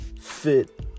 fit